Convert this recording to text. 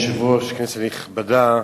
אדוני היושב-ראש, כנסת נכבדה,